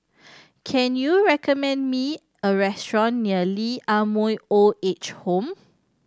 can you recommend me a restaurant near Lee Ah Mooi Old Age Home